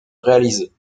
réaliser